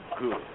good